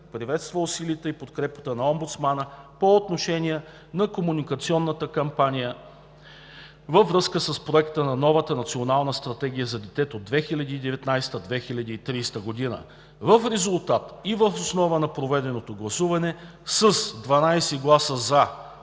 Приветства усилията и подкрепата на омбудсмана по отношение на комуникационната кампания във връзка с проекта на новата Национална стратегия за детето 2019 – 2030 г. В резултат на дискусията и въз основа на проведеното гласуване с 12 гласа за,